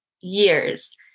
years